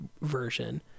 version